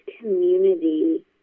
community